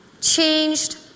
changed